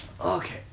Okay